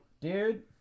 dude